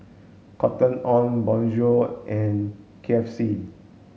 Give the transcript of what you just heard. Cotton on Bonjour and K F C